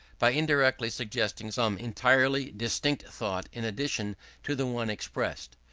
by indirectly suggesting some entirely distinct thought in addition to the one expressed.